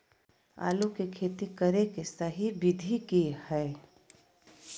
आलू के खेती करें के सही विधि की हय?